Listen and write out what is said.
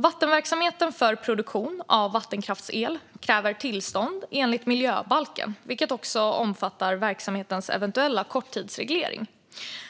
Vattenverksamhet för produktion av vattenkraftsel kräver tillstånd enligt miljöbalken, vilket också omfattar verksamhetens eventuella korttidsreglering.